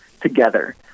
together